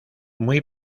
muy